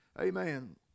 Amen